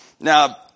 Now